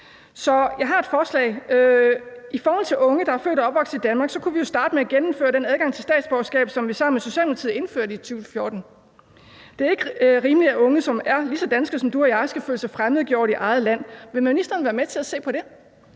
Så jeg har et forslag: I forhold til unge, der er født og opvokset i Danmark, kunne vi jo starte med at genindføre den adgang til statsborgerskab, som vi sammen med Socialdemokratiet indførte i 2014. Det er ikke rimeligt, at unge, som er lige så danske som du og jeg, skal føle sig fremmedgjorte i eget land. Vil ministeren være med til at se på det?